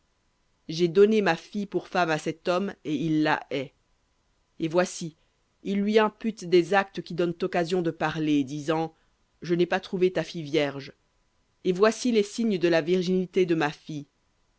j'ai donné ma fille pour femme à cet homme et il la hait et voici il lui impute des actes qui donnent occasion de parler disant je n'ai pas trouvé ta fille vierge et voici les signes de la virginité de ma fille